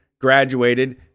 graduated